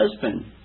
husband